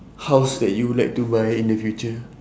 house that you would like to buy in the future